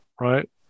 Right